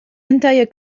entire